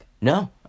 No